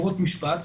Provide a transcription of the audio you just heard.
בברות משפט,